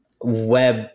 web